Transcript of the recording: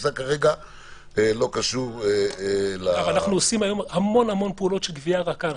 לקופסה וכרגע לא קשור -- אנחנו עושים היום המון פעולות של גביה רכה.